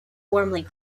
warmly